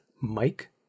Mike